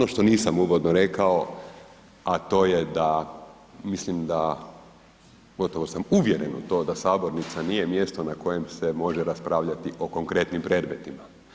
Ono što nisam uvodno rekao, a to je da mislim da gotovo sam uvjeren u to da sabornica nije mjesto na kojem se može raspravljati o konkretnim predmetima.